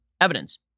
evidence